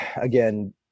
again